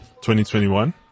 2021